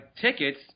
Tickets